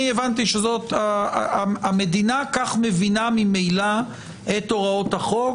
אני הבנתי שהמדינה כך מבינה ממילא את הוראות החוק,